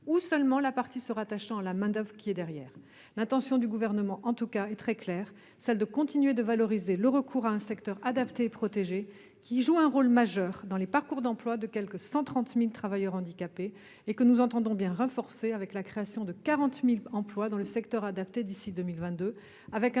la seule partie se rattachant à la main-d'oeuvre concernée. L'intention du Gouvernement est en tout cas très claire. Elle est de continuer à valoriser le recours à un secteur adapté et protégé, qui joue un rôle majeur dans les parcours d'emploi de quelque 130 000 travailleurs handicapés, et que nous entendons bien renforcer, avec la création de 40 000 emplois dans le secteur adapté d'ici à 2022 et un